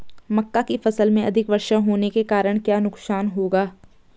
मक्का की फसल में अधिक वर्षा होने के कारण क्या नुकसान होगा?